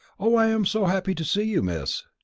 oh, i am so happy to see you, miss!